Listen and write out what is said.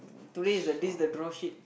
today is the this is the draw sheet